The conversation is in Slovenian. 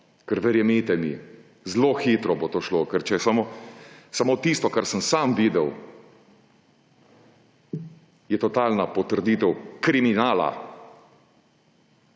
Ker, verjemite mi, zelo hitro bo to šlo. Samo tisto, kar sem sam videl, je totalna potrditev kriminala